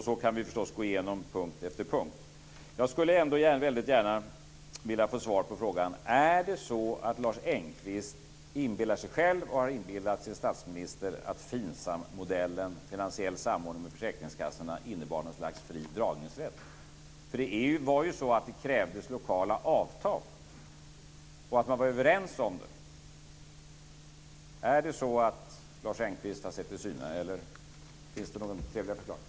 Så kan vi förstås gå igenom punkt efter punkt. Jag skulle ändå väldigt gärna vilja få svar på frågan: Är det så att Lars Engqvist inbillar sig själv och har inbillat sin statsminister att Finsammodellen, finansiell samordning med försäkringskassorna, innebar något slags fri dragningsrätt? Det var ju så att det krävdes lokala avtal och att man var överens om det. Är det så att Lars Engqvist har sett i syne, eller finns det någon trevligare förklaring?